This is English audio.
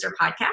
podcast